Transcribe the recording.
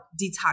detox